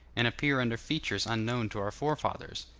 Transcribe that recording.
and appear under features unknown to our forefathers.